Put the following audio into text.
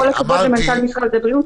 עם כל הכבוד למנכ"ל משרד הבריאות.